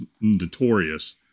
notorious